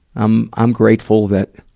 i'm, i'm grateful that,